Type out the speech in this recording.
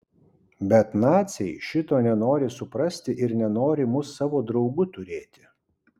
bet naciai šito nenori suprasti ir nenori mus savo draugu turėti